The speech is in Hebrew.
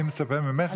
אני מצפה ממך להתנצל.